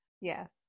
Yes